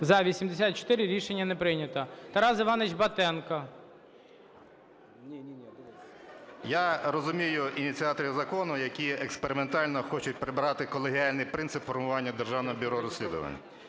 За – 84. Рішення не прийнято. Тарас Іванович Батенко. 14:46:02 БАТЕНКО Т.І. Я розумію ініціаторів закону, які експериментально хочуть прибрати колегіальний принцип формування Державного бюро розслідувань.